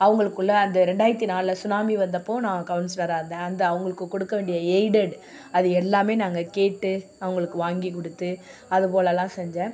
அவங்களுக்குள்ளே அந்த ரெண்டாயிரத்தி நாலில் சுனாமி வந்தப்போ நான் கவுன்சிலராக இருந்தேன் அந்த அவங்களுக்கு கொடுக்க வேண்டிய எய்டட் அது எல்லாம் நாங்கள் கேட்டு அவங்களுக்கு வாங்கி கொடுத்து அதுபோலலாம் செஞ்சேன்